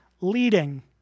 leading